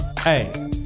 Hey